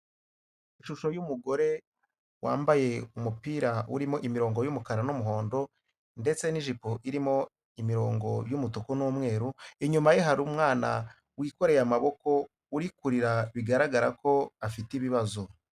Ishusho y'umugore wambaye umupira urimo imirongo y'umukara n'umuhondo ndetse n'ijipo irimo imirongo y'umutuku n'umweru, inyuma ye hari umwana wikoreye amaboko uri kurira bigaragara ko afite ibibazo.